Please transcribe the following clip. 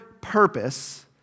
purpose